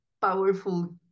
powerful